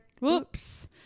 Whoops